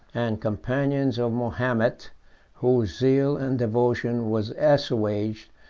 and companions of mahomet whose zeal and devotion was assuaged,